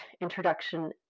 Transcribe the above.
introduction